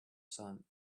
sun